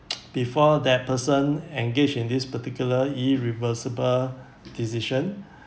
before that person engage in this particular irreversible decision